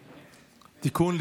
תיקון,